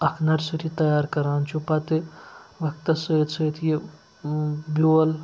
اکھ نَرسٔری تیار کران چھُ پَتہٕ وَقتَس سۭتۍ سۭتۍ یہِ بیول